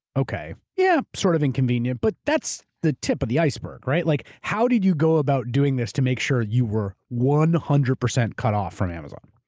okay, yeah, sort of inconvenient but that's the tip of the iceberg, right? like how did you go about doing this to make sure you were one hundred percent cut off from amazon?